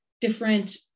different